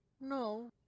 No